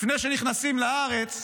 לפני שנכנסים לארץ: